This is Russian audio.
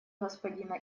господина